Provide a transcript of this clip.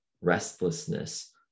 restlessness